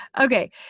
okay